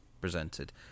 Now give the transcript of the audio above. presented